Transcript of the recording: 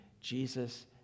Jesus